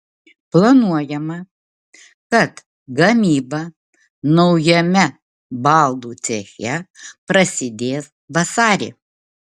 planuojama kad gamyba naujame baldų ceche prasidės vasarį